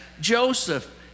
Joseph